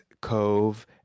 Cove